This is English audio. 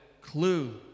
clue